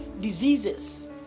diseases